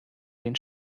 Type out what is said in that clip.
den